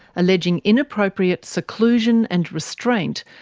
alleging inappropriate seclusion and restraint,